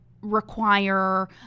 require